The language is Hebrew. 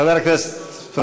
חבר הכנסת פריג', מספיק.